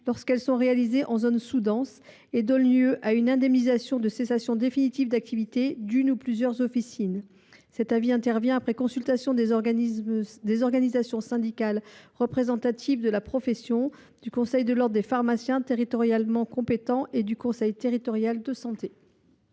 lorsqu’elles sont réalisées en zone sous dense et qu’elles donnent lieu à une indemnisation de cessation définitive d’activité d’une ou plusieurs officines. Cet avis intervient après consultation des organisations syndicales représentatives de la profession, du conseil de l’ordre des pharmaciens territorialement compétent et du conseil territorial de santé.